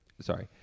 sorry